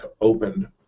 opened